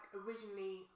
originally